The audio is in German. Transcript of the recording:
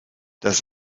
das